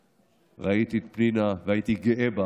ראיתי, פנינה, והייתי גאה בך,